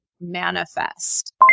manifest